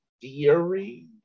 theory